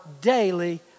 daily